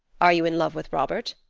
are you in love with robert?